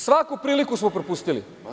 Svaku priliku smo propustili.